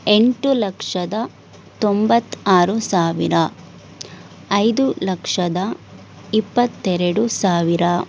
ಎಂಟು ಲಕ್ಷದ ತೊಂಬತ್ತ ಆರು ಸಾವಿರ ಐದು ಲಕ್ಷದ ಇಪ್ಪತ್ತೆರಡು ಸಾವಿರ